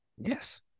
Yes